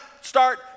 start